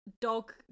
Dog